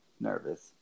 nervous